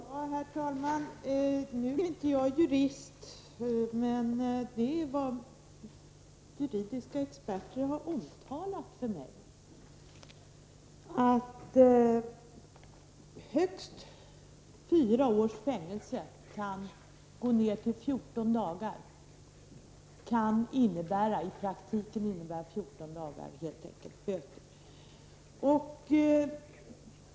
Herr talman! Nu är inte jag jurist, men juridiska experter har omtalat för mig att högst fyra års fängelse i praktiken kan innebära 14 dagar — eller helt enkelt böter.